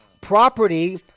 property